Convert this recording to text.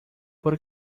por